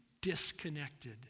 disconnected